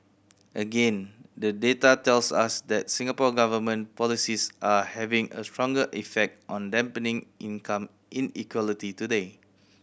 again the data tells us that Singapore Government policies are having a stronger effect on dampening income inequality today